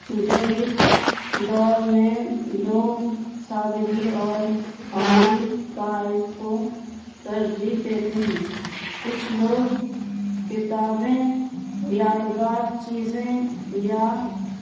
جدید دور میں لوگ سادگی اور عملی تحائف کو ترجیح دیتے ہیں کچھ لوگ کتابیں یادگار چیزیں یا